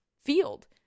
field